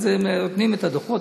אז הם נותנים את הדוחות,